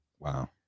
Wow